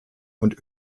und